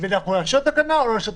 והאם לאשר תקנה או לא לאשר אותה.